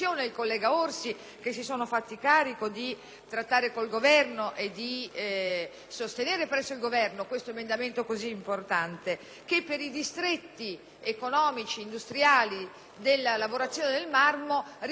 sostenere presso il Governo questo emendamento così importante, che per i distretti economici industriali della lavorazione del marmo riveste una grandissima importanza. I distretti in discussione